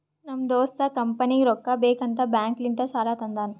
ನಮ್ ದೋಸ್ತ ಕಂಪನಿಗ್ ರೊಕ್ಕಾ ಬೇಕ್ ಅಂತ್ ಬ್ಯಾಂಕ್ ಲಿಂತ ಸಾಲಾ ತಂದಾನ್